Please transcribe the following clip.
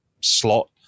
slot